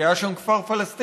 כי היה שם כפר פלסטיני,